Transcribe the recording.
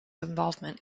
involvement